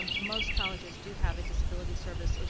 um most colleges do have a disability service,